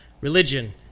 Religion